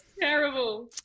terrible